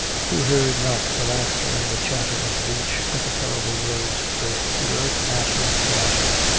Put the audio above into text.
he heard not the laughter and the chatter of the beach, but the terrible words earth to earth, ashes to ashes,